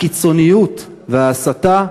הקיצוניות וההסתה,